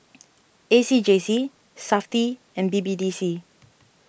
A C J C SAFTI and B B D C